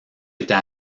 était